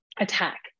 attack